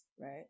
right